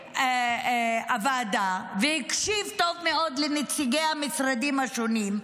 בוועדה והקשיב טוב מאוד לנציגי המשרדים השונים,